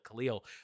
Khalil